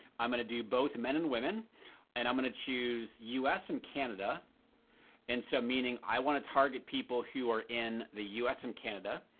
i'm gonna do both men and women and i'm gonna choose us and canada so meaning i wanna target people who are in the us and canada.